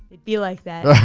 it'd be like that.